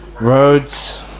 roads